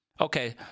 Okay